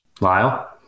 Lyle